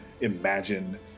imagine